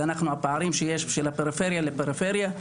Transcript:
אז יש גם פערים בין הפריפריה לפריפריה,